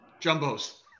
Jumbos